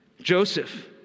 Joseph